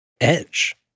Edge